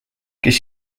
kes